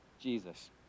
Jesus